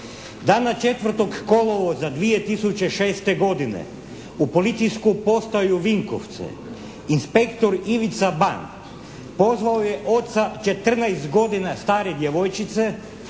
Dana 04. kolovoza 2006. godine u Policijsku postaju Vinkovce inspektor Ivica …/Govornik se ne razumije./… pozvao je oca 14 godina stare djevojčice